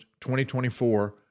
2024